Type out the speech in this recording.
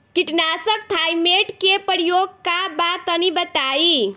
कीटनाशक थाइमेट के प्रयोग का बा तनि बताई?